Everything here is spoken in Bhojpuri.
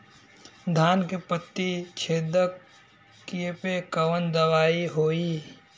धान के पत्ती छेदक कियेपे कवन दवाई होई?